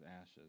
ashes